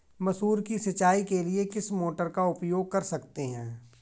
मसूर की सिंचाई के लिए किस मोटर का उपयोग कर सकते हैं?